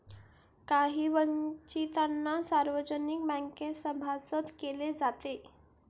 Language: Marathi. काही वंचितांना सार्वजनिक बँकेत सभासद केले जाते